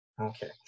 Okay